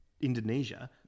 Indonesia